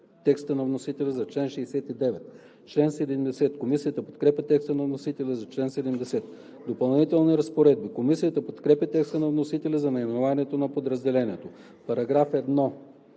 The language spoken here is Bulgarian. текста на вносителя за чл. 69. Комисията подкрепя текста на вносителя за чл. 70. „Допълнителни разпоредби“. Комисията подкрепя текста на вносителя за наименованието на подразделението. Комисията